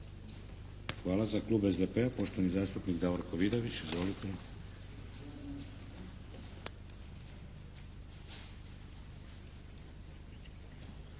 Hvala. Za klub SDP-a poštovani zastupnik Davorko Vidović. Izvolite.